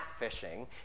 catfishing